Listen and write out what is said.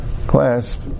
clasp